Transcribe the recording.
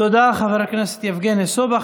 תודה, חבר הכנסת יבגני סובה.